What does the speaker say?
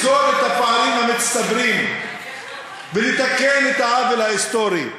בלי לסגור את הפערים המצטברים ולתקן את העוול ההיסטורי.